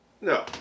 no